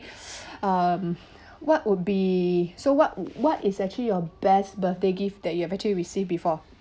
um what would be so what what is actually your best birthday gift that you have actually received before